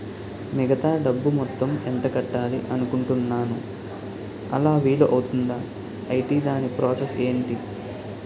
మిగతా డబ్బు మొత్తం ఎంత కట్టాలి అనుకుంటున్నాను అలా వీలు అవ్తుంధా? ఐటీ దాని ప్రాసెస్ ఎంటి?